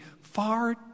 far